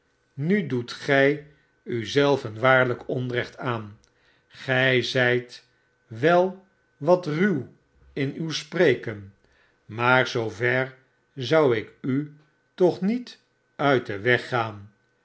nudoet gij u zelven waarlijk onrecht aan gij zijt wel wat ruw in uw sprekefi maar zoover zou ik u toch niet uit den weg gaan